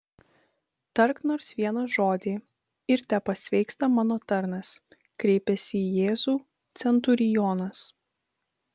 tark nors vieną žodį ir tepasveiksta mano tarnas kreipiasi į jėzų centurionas